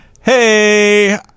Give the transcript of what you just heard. Hey